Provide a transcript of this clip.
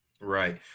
right